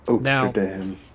Now